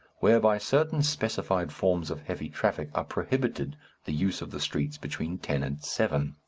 whereby certain specified forms of heavy traffic are prohibited the use of the streets between ten and seven.